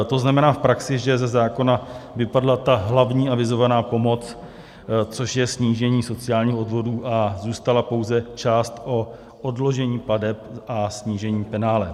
To znamená v praxi, že ze zákona vypadla ta hlavní avizovaná pomoc, což je snížení sociálních odvodů, a zůstala pouze část o odložení plateb a snížení penále.